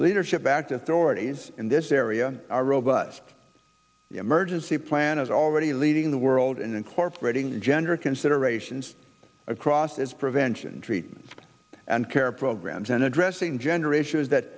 leadership back that dorothy's in this area are robust emergency plan is already leading the world in incorporating gender considerations across its prevention treatment and care programs and addressing gender issues that